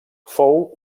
fou